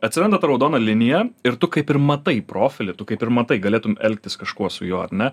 atsiranda ta raudona linija ir tu kaip ir matai profilį kaip ir matai galėtum elgtis kažkuo su juo ar ne